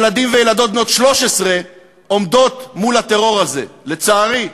ילדים וילדות בני 13 עומדים מול הטרור הזה, לצערי.